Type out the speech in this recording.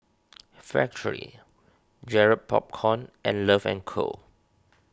Factorie Garrett Popcorn and Love and Co